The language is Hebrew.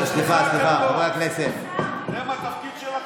מה שחשוב לך זה לרצות את לפיד, אחרת לא תהיה פה.